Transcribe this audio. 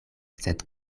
sed